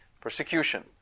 persecution